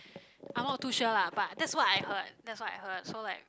I'm not too sure lah but that's what I heard that's what I heard so like